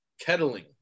kettling